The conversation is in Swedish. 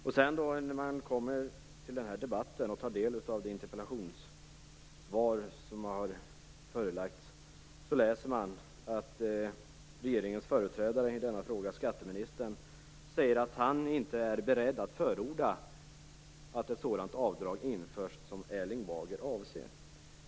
När man sedan kommer till den här debatten och tar del av det interpellationssvar som presenterats får man läsa att regeringens företrädare i denna fråga, skatteministern, inte är beredd att förorda att ett sådant avdrag införs som Erling Bager avser.